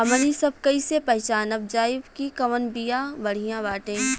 हमनी सभ कईसे पहचानब जाइब की कवन बिया बढ़ियां बाटे?